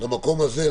המקום הזה,